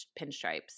pinstripes